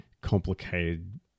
complicated